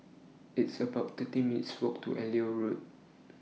It's about thirty minutes' Walk to Elliot Road